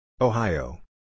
Ohio